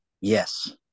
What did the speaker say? Yes